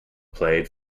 played